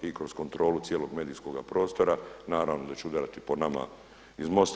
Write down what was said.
I kroz kontrolu cijelog medijskoga prostora naravno da će udarati po nama iz MOST-a.